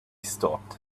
stopped